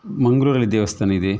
ಮಂಗಳೂರಲ್ಲಿ ದೇವಸ್ಥಾನ ಇದೆ